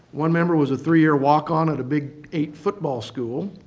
one member was a three-year walk-on at a big eight football school.